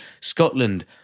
Scotland